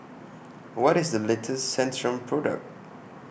What IS The latest Centrum Product